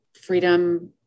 freedom